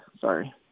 sorry